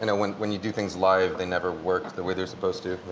and when when you do things live they never work the way they're supposed to.